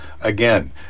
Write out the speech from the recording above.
again